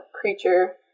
creature